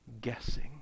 guessing